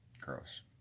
Gross